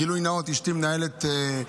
גילוי נאות: אשתי מנהלת מעון.